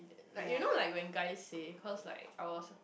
like you know like when guy say cause like I was